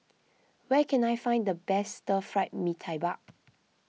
where can I find the best Stir Fried Mee Tai Mak